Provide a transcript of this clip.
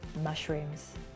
mushrooms